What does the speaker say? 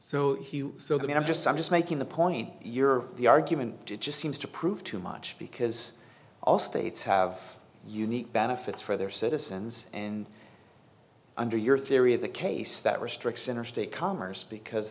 then i'm just i'm just making the point you're the argument but it just seems to prove too much because all states have unique benefits for their citizens and under your theory of the case that restricts interstate commerce because